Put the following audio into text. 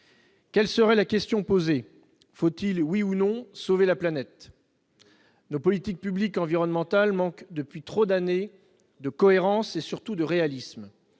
Quelle serait la question posée ? Faut-il, oui ou non, sauver la planète ?... Nos politiques publiques environnementales manquent, depuis trop d'années, de cohérence et, surtout, de réalisme.